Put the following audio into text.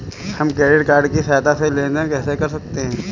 हम credit card की सहायता से लेन देन कैसे कर सकते हैं?